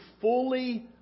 fully